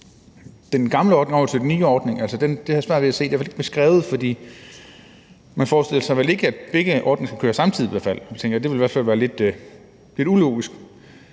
den gamle ordning over til den nye ordning, har jeg svært ved at se, for det er ikke beskrevet. Man forestiller sig vel ikke, at begge ordninger skulle køre samtidig – det tænker jeg i hvert fald ville være lidt ulogisk.